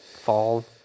fall